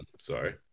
sorry